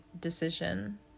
decision